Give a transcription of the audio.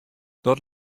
dat